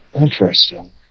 Interesting